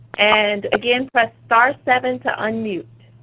and again, press star-seven to unmute.